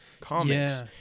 comics